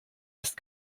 ist